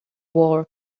war